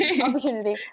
opportunity